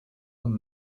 con